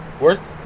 worth